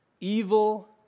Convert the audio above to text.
evil